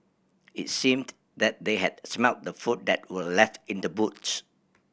it seemed that they had smelt the food that were left in the boot